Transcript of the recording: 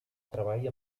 treball